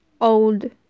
old